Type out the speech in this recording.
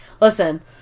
listen